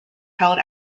held